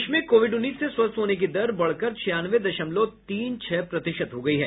देश में कोविड उन्नीस से स्वस्थ होने की दर बढ़कर छियानवे दशमलव तीन छह प्रतिशत हो गई है